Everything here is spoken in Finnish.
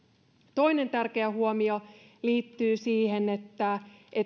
toinen tärkeä huomio liittyy siihen että